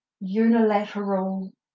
unilateral